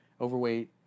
overweight